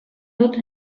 dut